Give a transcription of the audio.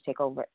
takeover